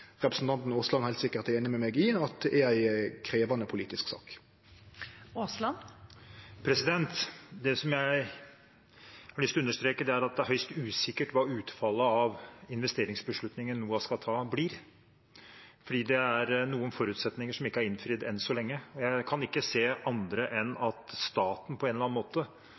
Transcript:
representanten Aasland heilt sikkert er einig med meg i at er ei krevjande politisk sak. Det jeg har lyst til å understreke, er at det er høyst usikkert hva utfallet av investeringsbeslutningen NOAH skal ta, blir, fordi det er noen forutsetninger som ikke er innfridd enn så lenge. Jeg kan ikke se annet enn at staten på en eller annen måte